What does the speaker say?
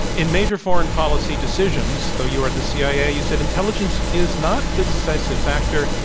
in major foreign policy decisions, though you were at the cia, you said, intelligence is not the decisive factor.